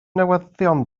newyddion